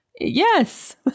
yes